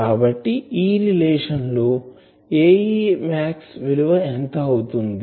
కాబట్టి ఈ రిలేషన్ లో Ae max విలువ ఎంత అవుతుంది